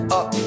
up